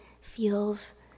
feels